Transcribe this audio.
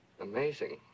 Amazing